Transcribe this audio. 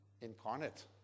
incarnate